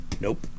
Nope